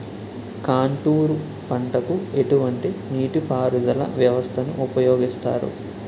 Contour పంటకు ఎటువంటి నీటిపారుదల వ్యవస్థను ఉపయోగిస్తారు?